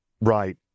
Right